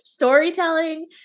storytelling